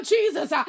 Jesus